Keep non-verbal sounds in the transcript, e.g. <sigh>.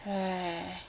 <breath>